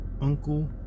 Uncle